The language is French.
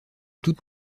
toute